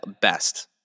best